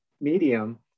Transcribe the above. medium